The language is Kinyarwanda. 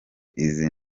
izi